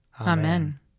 Amen